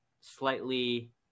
slightly